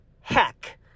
Heck